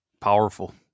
powerful